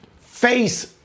face